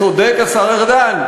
צודק השר ארדן.